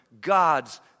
God's